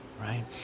right